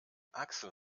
axel